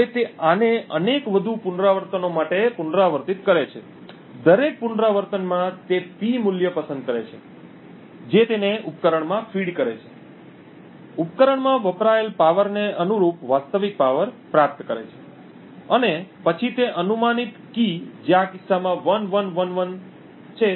હવે તે આને અનેક વધુ પુનરાવર્તનો માટે પુનરાવર્તિત કરે છે દરેક પુનરાવર્તનમાં તે P મૂલ્ય પસંદ કરે છે જે તેને ઉપકરણમાં ફીડ કરે છે ઉપકરણમાં વપરાયેલ પાવર ને અનુરૂપ વાસ્તવિક પાવર પ્રાપ્ત કરે છે અને પછી તે અનુમાનિત કી જે આ કિસ્સામાં 1111 તેના માટે C ની ગણતરી કરે છે